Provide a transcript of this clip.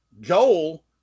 Joel